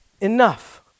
enough